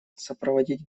сопроводить